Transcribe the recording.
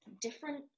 different